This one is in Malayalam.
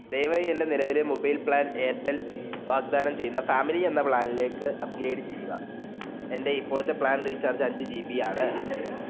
ദയവായി എൻ്റെ നിലവിലെ മൊബൈൽ പ്ലാൻ എയർടെൽ വാഗ്ദാനം ചെയ്യുന്ന ഫാമിലി എന്ന പ്ലാനിലേക്ക് അപ്ഗ്രേഡ് ചെയ്യുക എൻ്റെ ഇപ്പോഴത്തെ പ്ലാൻ റീചാർജ് അഞ്ച് ജി ബി ആണ്